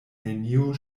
neniu